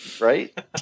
right